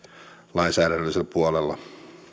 lainsäädännöllisellä puolella